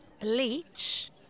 Bleach